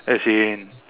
as in